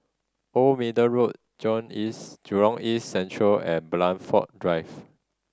Old Middle Road Jurong East Central and Blandford Drive